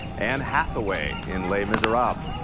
anne hathaway in les miserables,